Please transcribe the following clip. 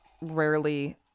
rarely